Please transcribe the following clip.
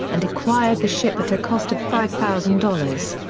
and acquired the ship at a cost of five thousand dollars.